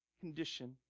condition